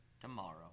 tomorrow